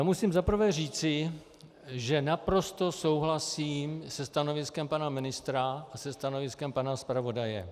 Musím zaprvé říci, že naprosto souhlasím se stanoviskem pana ministra a se stanoviskem pana zpravodaje.